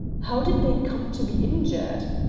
how did they come to be injured?